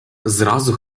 зразу